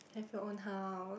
have your own house